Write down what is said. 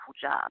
job